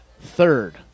third